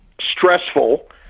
stressful